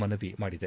ಮನವಿ ಮಾಡಿದೆ